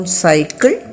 cycle